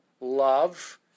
love